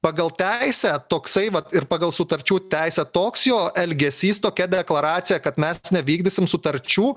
pagal teisę toksai vat ir pagal sutarčių teisę toks jo elgesys tokia deklaracija kad mes nevykdysim sutarčių